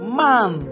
man